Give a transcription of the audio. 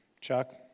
Chuck